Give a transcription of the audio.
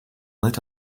lit